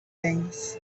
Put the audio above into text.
things